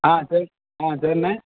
ஆ சரி ஆ சரிண்ணே